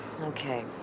okay